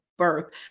Birth